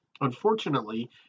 Unfortunately